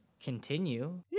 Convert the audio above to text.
continue